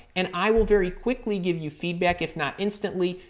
and i will very quickly give you feedback if not instantly,